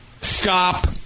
Stop